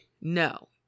No